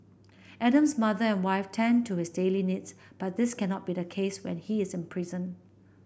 Adam's mother and wife tend to his daily needs but this cannot be the case when he is imprisoned